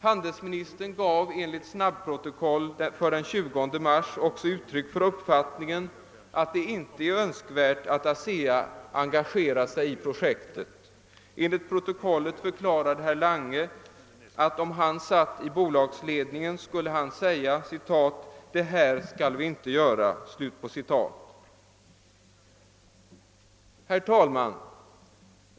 Handelsministern gav enligt snabbprotokollet den 20 mars också uttryck för uppfattningen att det inte är önskvärt att ASEA engagerar sig i projektet. Enligt protokollet förklarade herr Lange, att om han satt i bolagsledningen skulle han säga: »Det här skall vi inte göra». Herr talman!